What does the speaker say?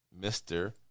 Mr